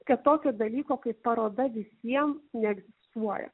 kad tokio dalyko kaip paroda visiem neegzistuoja